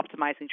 optimizing